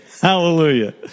Hallelujah